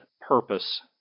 purpose